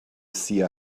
seer